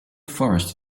forest